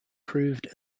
proved